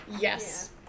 Yes